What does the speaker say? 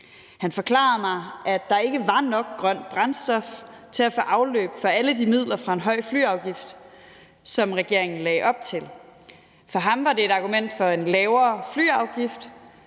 Han forklarede mig, at der ikke var nok grønt brændstof til at få afløb for alle de midler fra en høj flyafgift, som regeringen lagde op til. For ham var det et argument for en lavere flyafgift.